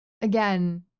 again